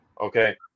Okay